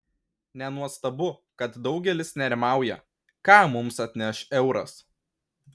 nenuostabu kad daugelis nerimauja ką mums atneš euras